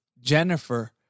Jennifer